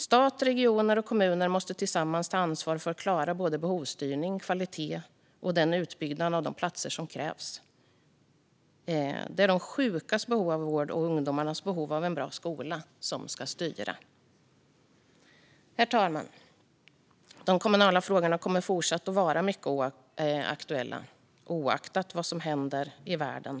Stat, regioner och kommuner måste tillsammans ta ansvar för att klara behovsstyrning, kvalitet och den utbyggnad av platser som krävs. Det är de sjukas behov av vård och ungdomarnas behov av en bra skola som ska styra. Herr talman! De kommunala frågorna kommer fortsätta att vara mycket aktuella, oavsett vad som händer i världen.